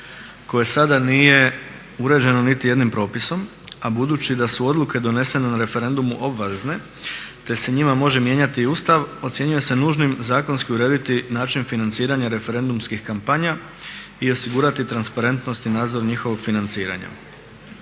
koje sada nije uređeno niti jednim propisom, a budući da su odluke donesene na referendumu obvezne te se njima može mijenjati i Ustav ocjenjuje se nužnim zakonski urediti način financiranja referendumskih kampanja i osigurati transparentnost i nadzor njihovog financiranja.